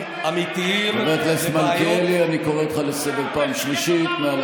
אמיתיים, לבעיות, שקרן.